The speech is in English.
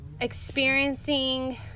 experiencing